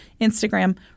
Instagram